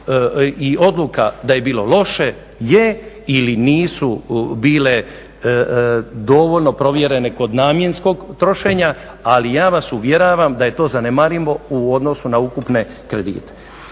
i odluka da je bilo loše, je ili nisu bile dovoljno provjerene kod namjenskog trošenja, ali ja vas uvjeravam da je to zanemarivo u odnosu na ukupne kredite.